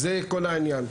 זה כל העניין.